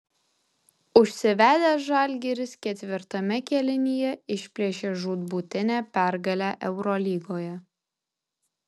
užsivedęs žalgiris ketvirtame kėlinyje išplėšė žūtbūtinę pergalę eurolygoje